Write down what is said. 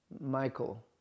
Michael